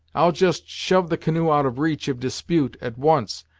i'll just shove the canoe out of reach of dispute at once,